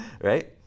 Right